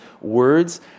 words